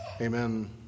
Amen